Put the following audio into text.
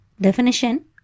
definition